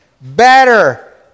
better